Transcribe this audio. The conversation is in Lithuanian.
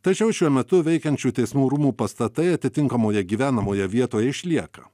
tačiau šiuo metu veikiančių teismų rūmų pastatai atitinkamoje gyvenamoje vietoje išlieka